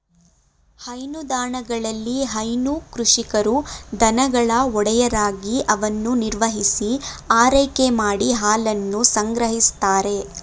ಹೈನುದಾಣಗಳಲ್ಲಿ ಹೈನು ಕೃಷಿಕರು ದನಗಳ ಒಡೆಯರಾಗಿ ಅವನ್ನು ನಿರ್ವಹಿಸಿ ಆರೈಕೆ ಮಾಡಿ ಹಾಲನ್ನು ಸಂಗ್ರಹಿಸ್ತಾರೆ